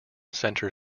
center